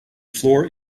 floor